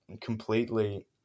completely